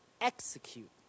execute